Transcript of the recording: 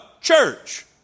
church